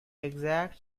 exact